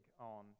on